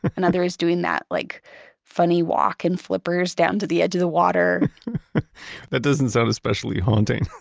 another is doing that like funny walk in flippers down to the edge of the water that doesn't sound especially haunting.